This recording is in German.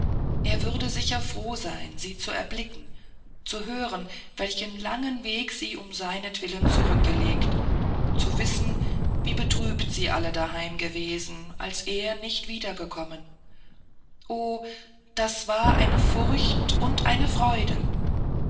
er würde sicher froh sein sie zu erblicken zu hören welchen langen weg sie um seinetwillen zurückgelegt zu wissen wie betrübt sie alle daheim gewesen als er nicht wiedergekommen o das war eine furcht und eine freude